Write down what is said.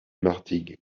martigues